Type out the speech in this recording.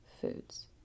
foods